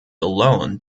alone